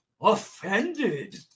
offended